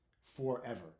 forever